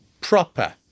proper